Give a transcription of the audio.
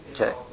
Okay